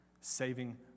saving